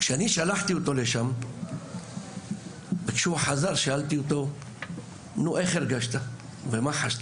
אני שלחתי אותו וכשהוא חזר שאלתי אותו איך הוא הרגיש ומה הוא חש.